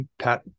pat